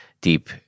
deep